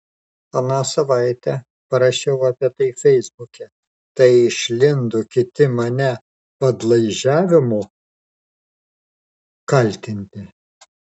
aną savaitę parašiau apie tai feisbuke tai išlindo kiti mane padlaižiavimu kaltinti